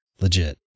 legit